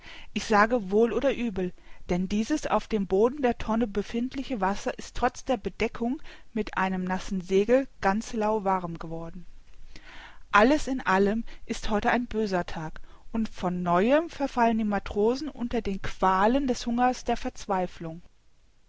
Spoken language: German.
ich sage wohl oder übel denn dieses auf dem boden der tonne befindliche wasser ist trotz der bedeckung mit einem nassen segel ganz lauwarm geworden alles in allem ist heute ein böser tag und von neuem verfallen die matrosen unter den qualen des hungers der verzweiflung